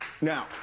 now